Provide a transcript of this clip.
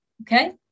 Okay